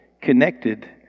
connected